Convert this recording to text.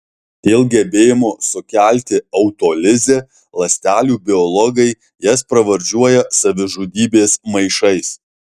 dėl gebėjimo sukelti autolizę ląstelių biologai jas pravardžiuoja savižudybės maišais